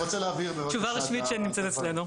תשובה רשמית שנמצאת אצלנו.